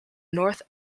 north